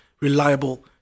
reliable